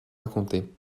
raconter